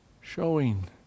showing